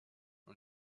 und